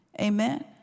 Amen